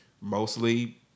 mostly